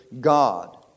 God